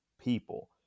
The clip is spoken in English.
people